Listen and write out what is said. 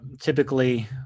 typically